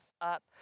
up